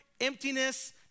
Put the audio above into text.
emptiness